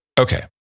Okay